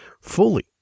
fully